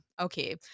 Okay